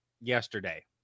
yesterday